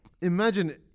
Imagine